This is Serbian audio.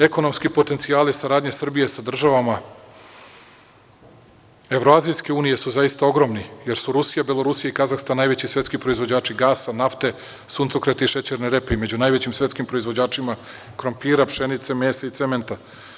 Ekonomski potencijali saradnje Srbije sa državama Evroazijske unije su ogromni, jer su Rusija, Belorusija i Kazahstan najveći svetski proizvođači gasa, nafte, suncokreta i šećerne repe i među najvećim svetskim proizvođačima krompira, pšenice, mesa i cementa.